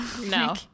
No